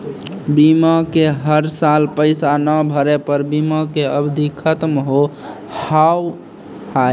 बीमा के हर साल पैसा ना भरे पर बीमा के अवधि खत्म हो हाव हाय?